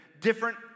different